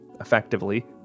effectively